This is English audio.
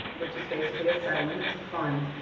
which is basically a settlement, it's a fund,